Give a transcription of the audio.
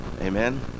amen